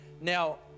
now